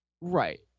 Right